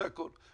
זה הכול.